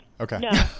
okay